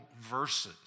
verses